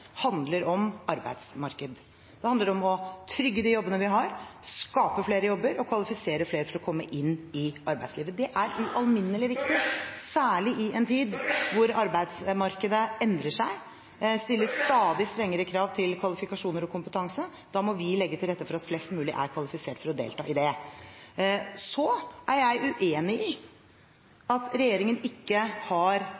om arbeidsmarked. Det handler om å trygge de jobbene vi har, skape flere jobber og kvalifisere flere for å komme inn i arbeidslivet. Det er ualminnelig viktig, særlig i en tid da arbeidsmarkedet endrer seg og stiller stadig strengere krav til kvalifikasjoner og kompetanse. Da må vi legge til rette for at flest mulig er kvalifisert for å delta i det. Så er jeg uenig